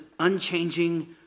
unchanging